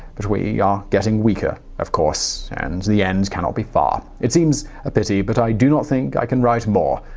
but we are getting weaker, of course, and the end cannot be far. it seems a pity but i do not think i can write more.